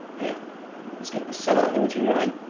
now let's get this satellite imagery running